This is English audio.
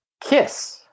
Kiss